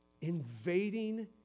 invading